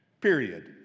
period